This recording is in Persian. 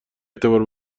اعتبار